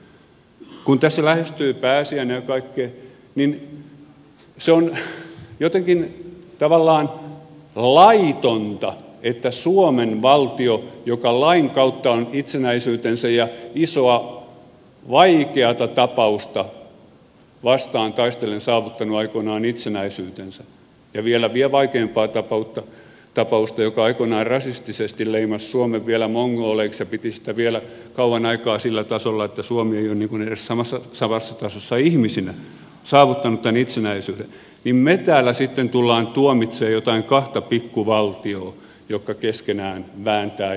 kun tässä lähestyy pääsiäinen ja kaikkea niin se on jotenkin tavallaan laitonta että suomen valtio joka lain kautta on isoa vaikeata tapausta vastaan taistellen saavuttanut aikoinaan itsenäisyytensä ja vielä vaikeampaa tapausta joka aikoinaan rasistisesti leimasi suomen vielä mongoleiksi ja piti sitä vielä kauan aikaa sillä tasolla että suomi ei ole edes samassa tasossa ihmisinä saavuttanut tätä itsenäisyyttä täällä tulee sitten tuomitsemaan joitain kahta pikkuvaltiota jotka keskenään vääntävät jostain